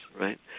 right